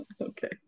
Okay